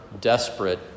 desperate